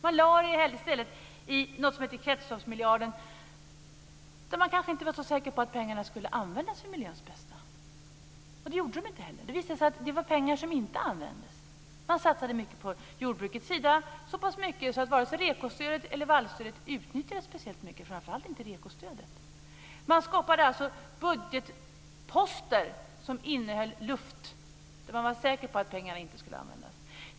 Man lade i stället pengarna i något som hette kretsloppsmiljarden, där man kanske inte var så säker på att pengarna skulle användas för miljöns bästa. Det gjorde de inte heller. Det visade sig att det var pengar som inte användes. Man satsade mycket på jordbruket, så pass mycket att varken REKO-stödet eller vallstödet utnyttjades speciellt mycket - framför allt inte REKO-stödet. Man skapade alltså budgetposter som innehöll luft. Då var man säker på att pengarna inte skulle användas.